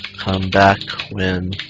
come back when